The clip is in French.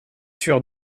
sûr